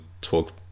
talk